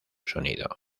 sonido